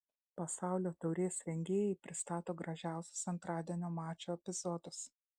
pasaulio taurės rengėjai pristato gražiausius antradienio mačų epizodus